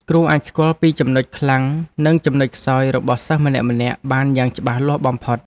គ្រូអាចស្គាល់ពីចំណុចខ្លាំងនិងចំណុចខ្សោយរបស់សិស្សម្នាក់ៗបានយ៉ាងច្បាស់លាស់បំផុត។